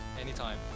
Anytime